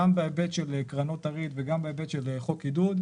גם בהיבט של קרנות הריט וגם בהיבט של חוק עידוד,